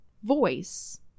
voice